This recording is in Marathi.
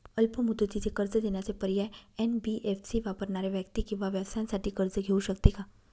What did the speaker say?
अल्प मुदतीचे कर्ज देण्याचे पर्याय, एन.बी.एफ.सी वापरणाऱ्या व्यक्ती किंवा व्यवसायांसाठी कर्ज घेऊ शकते का?